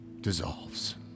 dissolves